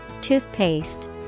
toothpaste